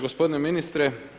Gospodine ministre.